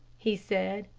he said.